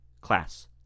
Class